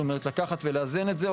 זאת אומרת לקחת ולאזן את זה,